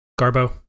Garbo